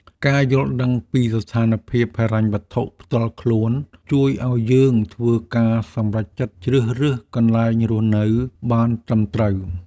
ការយល់ដឹងពីស្ថានភាពហិរញ្ញវត្ថុផ្ទាល់ខ្លួន ជួយឱ្យយើងធ្វើការសម្រេចចិត្តជ្រើសរើសកន្លែងរស់នៅបានត្រឹមត្រូវ។